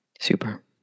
super